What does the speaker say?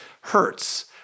hurts